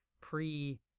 pre